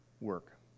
work